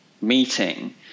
meeting